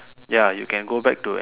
ya you can go back to any